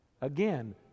Again